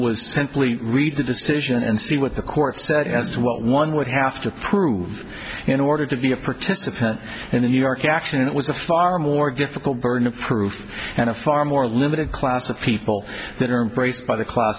was simply read the decision and see what the court said as to what one would have to prove in order to be a participant in the new york action and it was a far more difficult burden of proof and a far more limited class of people that are in place by the class